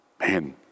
Man